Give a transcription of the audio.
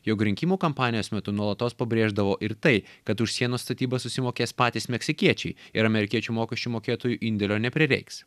jog rinkimų kampanijos metu nuolatos pabrėždavo ir tai kad už sienos statybas susimokės patys meksikiečiai ir amerikiečių mokesčių mokėtojų indėlio neprireiks